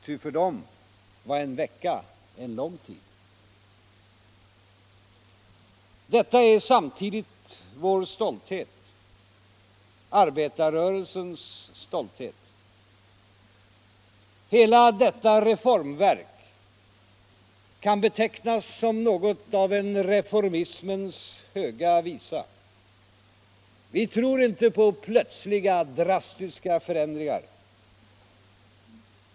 Ty för dem var en vecka en lång tid. Detta är samtidigt vår stolthet, arbetarrörelsens stolthet. Hela detta reformverk kan betecknas som något av en reformismens höga visa. Vi tror inte på plötsliga, drastiska förändringar.